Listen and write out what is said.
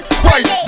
Right